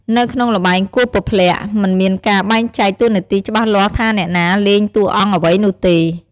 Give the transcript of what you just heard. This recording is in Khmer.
នៅក្នុងល្បែងគោះពព្លាក់ មិនមានការបែងចែកតួនាទីច្បាស់លាស់ថាអ្នកណាលេងតួអង្គអ្វីនោះទេ។